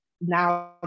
now